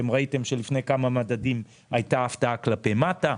ראיתם שלפני כמה מדדים הייתה הפתעה כלפי מטה,